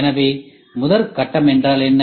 எனவே முதற்கட்டம் என்றால் என்ன